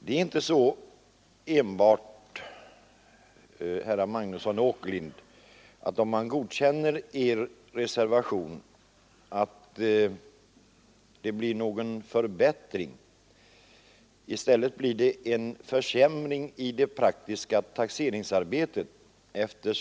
Det är inte så, herrar Magnusson i Borås och Åkerlind, att det enbart blir en förbättring om man godkänner er reservation. I stället blir det en försämring i det praktiska taxeringsarbetet.